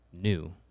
new